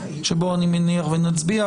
שבו אני מניח שגם נצביע,